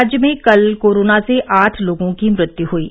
राज्य में कल कोरोना से आठ लोगों की मृत्यु ह्यी